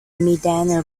mindanao